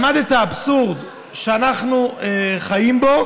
למד את האבסורד שאנחנו חיים בו,